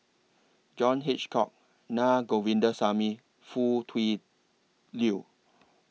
John Hitchcock Na Govindasamy Foo Tui Liew